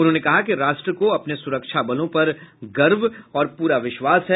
उन्होंने कहा कि राष्ट्र को अपने सुरक्षाबलों पर गर्व और पूरा विश्वास है